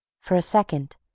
for a second,